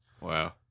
Wow